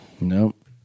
Nope